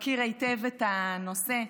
מכיר היטב את הנושא.